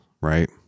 right